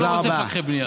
הוא לא רוצה פקחי בנייה.